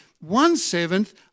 One-seventh